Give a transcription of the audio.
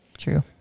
true